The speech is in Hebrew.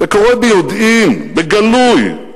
וקורא ביודעין, בגלוי,